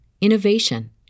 innovation